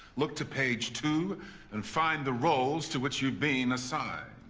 look to page two and find the roles to which you've been assigned.